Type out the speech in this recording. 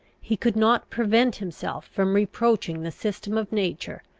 he could not prevent himself from reproaching the system of nature,